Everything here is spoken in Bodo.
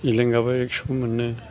एलेंआबो एक्स' मोनो